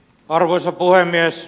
arvoisa puhemies